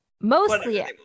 mostly